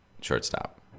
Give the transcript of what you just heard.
shortstop